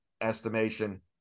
estimation